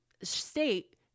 state